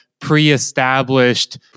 pre-established